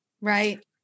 Right